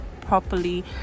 properly